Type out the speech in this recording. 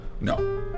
No